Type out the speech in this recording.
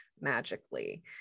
magically